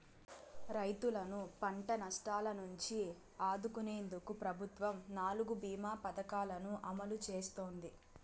రైతులను పంట నష్టాల నుంచి ఆదుకునేందుకు ప్రభుత్వం నాలుగు భీమ పథకాలను అమలు చేస్తోంది